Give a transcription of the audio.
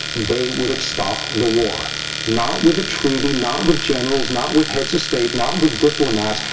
they would have stopped the war not with a treaty, not with generals, not with heads of state, not with diplomats,